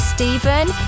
Stephen